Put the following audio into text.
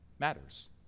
matters